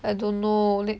I don't know lat~